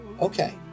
Okay